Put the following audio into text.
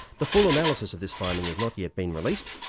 the full analysis of this finding has not yet been released,